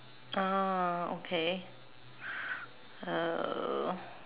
ah okay uh